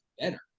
better